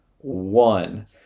one